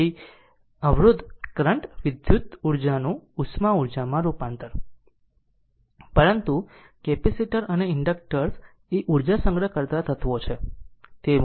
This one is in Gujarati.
તેથી અવરોધ કરંટ વિધુત ઉર્જા નું ઉષ્મા ઉર્જા માં રૂપાંતર પરંતુ કેપેસિટર અને ઇન્ડક્ટર્સ એ ઉર્જા સંગ્રહ કરતાં તત્વો છે